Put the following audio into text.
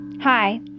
Hi